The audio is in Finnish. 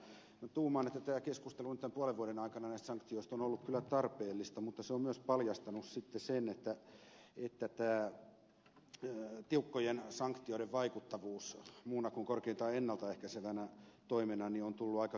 tuumaan että tämä keskustelu on nyt tämän puolen vuoden aikana näistä sanktioista ollut kyllä tarpeellista mutta se on myös paljastanut sen että tämä tiukkojen sanktioiden vaikuttavuus muuna kuin korkeintaan ennalta ehkäisevänä toimena on tullut aika kyseenalaiseksi